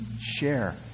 share